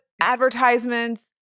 advertisements